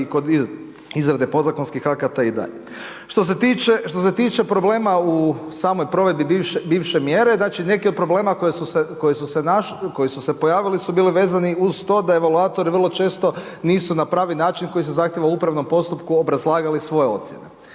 i kod izrade podzakonskih akata i dalje. Što se tiče problema u samoj provedbi bivše mjere. Znači neki od problema koji su se pojavili su bili vezani uz to da evaluatori vrlo često nisu na pravi način koji se zahtijeva u upravnom postupku obrazlagali svoje ocjene.